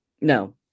No